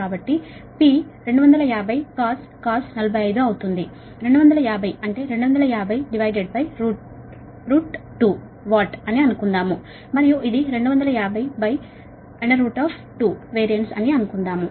కాబట్టి P 250 cos cos 45 అవుతుంది 250 అంటే2502 వాట్ అని అనుకుందాము మరియు ఇది 2502 VAR అని అనుకుందాము